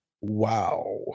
Wow